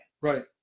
Right